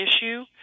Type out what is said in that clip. issue